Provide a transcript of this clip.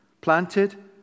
planted